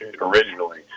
originally